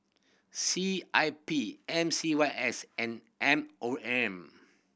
C I P M C Y S and M O M